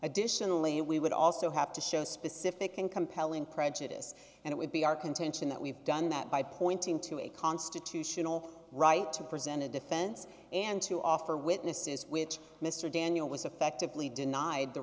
additionally and we would also have to show a specific and compelling prejudice and it would be our contention that we've done that by pointing to a constitutional right to present a defense and to offer witnesses which mr daniel was affectively denied the